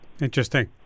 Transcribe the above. Interesting